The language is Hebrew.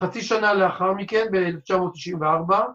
‫חצי שנה לאחר מכן, ב-1994.